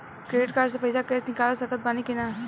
Credit card से पईसा cash निकाल सकत बानी की ना?